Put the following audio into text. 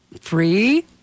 free